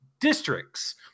districts